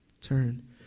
Turn